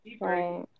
Right